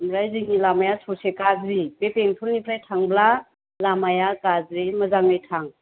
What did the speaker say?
ओमफ्राय जोंनि लामाया ससे गाज्रि बे बेंथलनिफ्राय थांब्ला लामाया गाज्रि मोजाङै थां